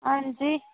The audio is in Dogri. आं जी